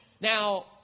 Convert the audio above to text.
Now